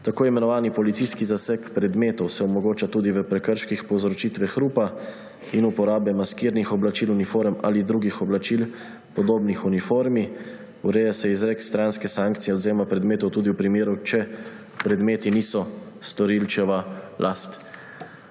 Tako imenovani policijski zaseg predmetov se omogoča tudi v prekrških povzročitve hrupa in uporabe maskirnih oblačil, uniform ali drugih oblačil, podobnih uniformi, ureja se izrek stranske sankcije odvzema predmetov tudi v primeru, da predmeti niso storilčeva last.